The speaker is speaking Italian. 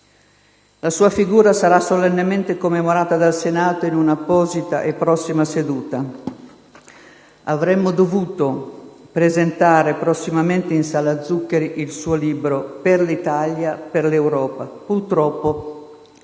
La sua figura sarà solennemente commemorata dal Senato in un'apposita e prossima seduta. Avremmo dovuto presentare prossimamente in sala Zuccari il suo libro «Per l'Italia, per l'Europa».